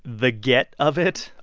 the get of it.